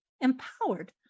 empowered